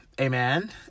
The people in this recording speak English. Amen